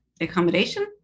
accommodation